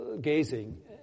gazing